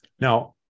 Now